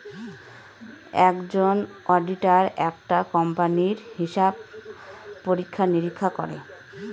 একজন অডিটার একটা কোম্পানির হিসাব পরীক্ষা নিরীক্ষা করে